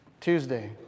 Tuesday